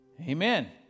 Amen